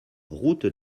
route